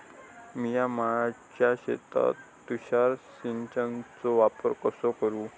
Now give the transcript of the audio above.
मिया माळ्याच्या शेतीत तुषार सिंचनचो वापर कसो करू?